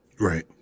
right